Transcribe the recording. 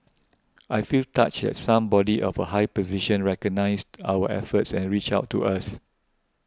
I feel touched that somebody of a high position recognised our efforts and reached out to us